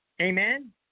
Amen